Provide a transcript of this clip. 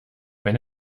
wenn